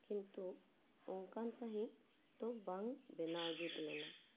ᱠᱤᱱᱛᱩ ᱚᱱᱠᱟᱱ ᱥᱟᱺᱦᱤᱡ ᱫᱚ ᱵᱟᱝ ᱵᱮᱱᱟᱣ ᱡᱩᱛ ᱞᱮᱱᱟ